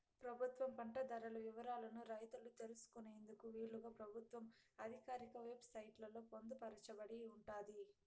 ప్రభుత్వం పంట ధరల వివరాలను రైతులు తెలుసుకునేందుకు వీలుగా ప్రభుత్వ ఆధికారిక వెబ్ సైట్ లలో పొందుపరచబడి ఉంటాది